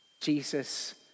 Jesus